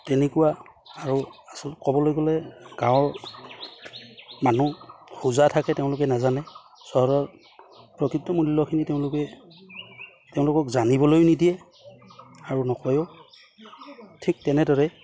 তেনেকুৱা আৰু আচলতে ক'বলৈ গ'লে গাঁৱৰ মানুহ হোজা থাকে তেওঁলোকে নাজানে চহৰৰ প্ৰকৃত মূল্যখিনি তেওঁলোকে তেওঁলোকক জানিবলৈ নিদিয়ে আৰু নকয়ও ঠিক তেনেদৰে